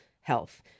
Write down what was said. health